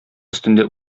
өстендә